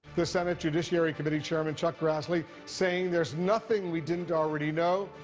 the senate judiciary committee chairman chuck grassley saying, there's nothing we didn't already know,